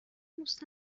دوست